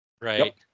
Right